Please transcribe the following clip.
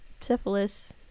syphilis